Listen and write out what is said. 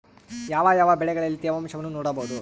ಯಾವ ಯಾವ ಬೆಳೆಗಳಲ್ಲಿ ತೇವಾಂಶವನ್ನು ನೋಡಬಹುದು?